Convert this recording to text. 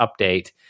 update